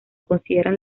consideran